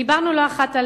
ודיברנו לא אחת על